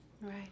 Right